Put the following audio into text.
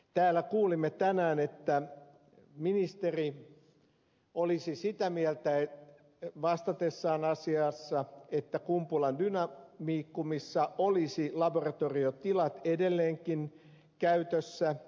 täällä kuulimme tänään että ministeri olisi sitä mieltä vastatessaan asiassa että kumpulan dynamicumissa olisi laboratoriotilat edelleenkin käytössä